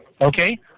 Okay